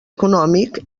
econòmic